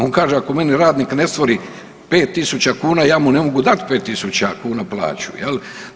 On kaže ako meni radnik ne stvori 5.000 kuna ja mu ne mogu dat 5.000 kuna plaću jel.